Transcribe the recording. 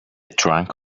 trunk